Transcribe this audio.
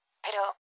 pero